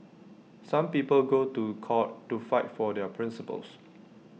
some people go to court to fight for their principles